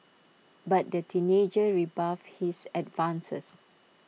but the teenager rebuffed his advances